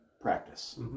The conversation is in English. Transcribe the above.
practice